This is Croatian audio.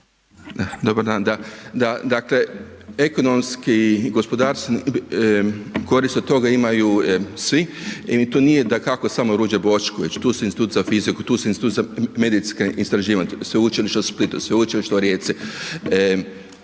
Dobar dan, da dakle ekonomski i gospodarstveni, korist od toga imaju svi i tu nije dakako samo Ruđer Bošković, tu su Institut za fiziku, tu su Institut za medicinska istraživanja, Sveučilište u Splitu, Sveučilište u Rijeci,